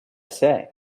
say